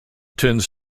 tends